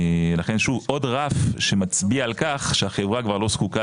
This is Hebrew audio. לכן שוב עוד רף שמצביע על כך שהחברה כבר לא זקוקה